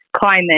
climate